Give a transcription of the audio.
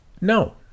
No